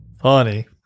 funny